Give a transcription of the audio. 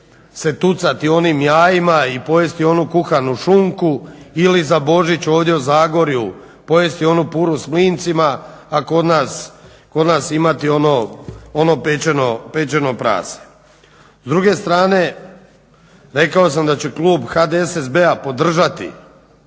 se tucati onim jajima i pojesti onu kuhanu šunku ili za Božić ovdje u Zagorju pojesti onu puru s mlincima, a kod nas imati ono pečeno prase. S druge strane rekao sam da će klub HDSSB-a podržati